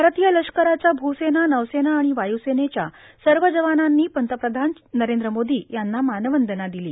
भारतीय लष्कराच्या भूसेना नौसेना आर्ाण वायुसेनेच्या सव जवानांनी पंतप्रधान नरद्र मोदो यांना मानवंदना दिल्या